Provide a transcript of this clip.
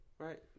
Right